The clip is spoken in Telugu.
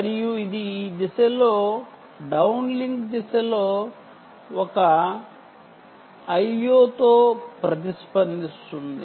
మరియు ఇది డౌన్లింక్ దిశలో ఒక అక్నాలెడ్జిమెంట్ తో ప్రతిస్పందిస్తుంది